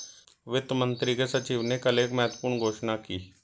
वित्त मंत्री के सचिव ने कल एक महत्वपूर्ण घोषणा की